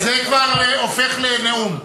זה כבר הופך לנאום.